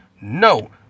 No